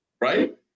Right